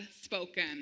spoken